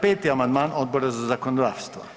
5. amandman Odbora za zakonodavstvo.